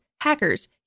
Hackers